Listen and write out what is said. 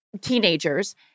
teenagers